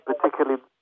particularly